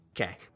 okay